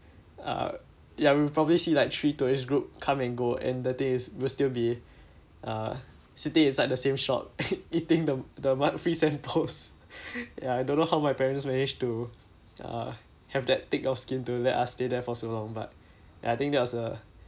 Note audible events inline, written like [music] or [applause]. uh ya we will probably see like three tourist group come and go and the think is we will still be uh sitting inside the same shop [noise] eating the the mu~ free samples ya I don't know how my parents managed to uh have that thick of skin to let us stay there for so long but ya I think that was a